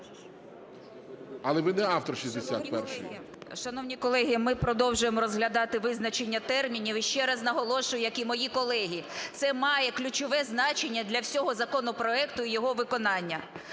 ЮЖАНІНА Н.П. Шановні колеги, ми продовжуємо розглядати визначення термінів. І ще раз наголошую, як і мої колеги. Це має ключове значення для всього законопроекту і його виконання.